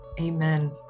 amen